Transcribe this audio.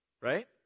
right